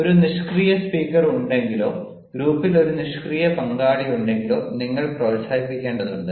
ഒരു നിഷ്ക്രിയ സ്പീക്കർ ഉണ്ടെങ്കിലോ ഗ്രൂപ്പിൽ ഒരു നിഷ്ക്രിയ പങ്കാളിയുണ്ടെങ്കിലോ നിങ്ങൾ പ്രോത്സാഹിപ്പിക്കേണ്ടതുണ്ട്